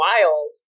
Wild